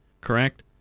correct